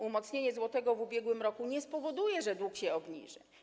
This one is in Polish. Umocnienie złotego w ubiegłym roku nie spowoduje, że dług się obniży.